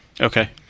okay